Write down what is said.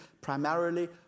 primarily